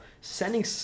sending